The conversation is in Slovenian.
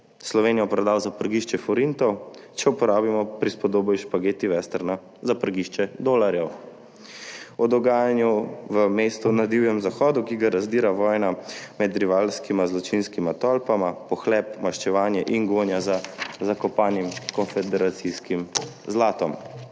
Slovenijo prodal za prgišče forintov, če uporabimo prispodobo iz špageti vesterna za prgišče dolarjev o dogajanju v mestu na Divjem zahodu, ki ga razdirajo vojna med rivalskima zločinskima tolpama, pohlep, maščevanje in gonja za zakopanim konfederacijskim zlatom.